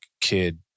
kid